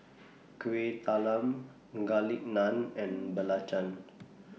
Kueh Talam Garlic Naan and Belacan